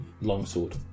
longsword